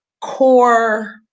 core